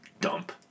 Dump